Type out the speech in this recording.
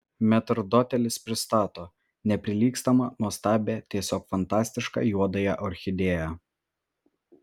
metrdotelis pristato neprilygstamą nuostabią tiesiog fantastišką juodąją orchidėją